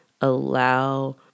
allow